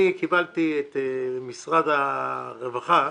הרווחה והשירותים החברתיים חיים כץ: אני קיבלתי את משרד הרווחה,